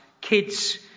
kids